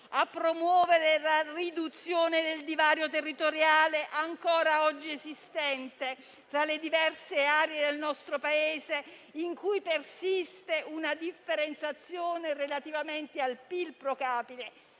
a promuovere la riduzione dei divari territoriali ancora oggi esistenti tra le diverse aree del nostro Paese, in cui persiste una differenziazione relativamente al PIL *pro capite*